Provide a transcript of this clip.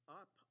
up